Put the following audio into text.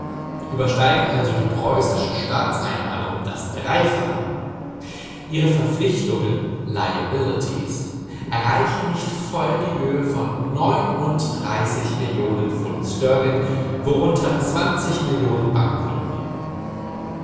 übersteigen also die preußische staats einnahme um das dreifache ihre verpflichtungen liabilities erreichen nicht voll die höhe von millionen pfd st worunter millionen banknoten